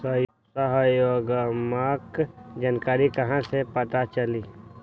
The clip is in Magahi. सहयोगात्मक जानकारी कहा से पता चली?